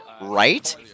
Right